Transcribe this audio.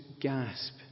gasp